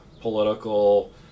political